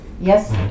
Yes